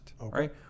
right